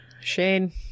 Shane